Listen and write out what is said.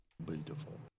Beautiful